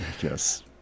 Yes